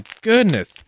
goodness